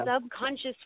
subconscious